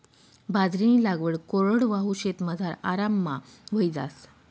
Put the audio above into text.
बाजरीनी लागवड कोरडवाहू शेतमझार आराममा व्हयी जास